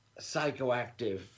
psychoactive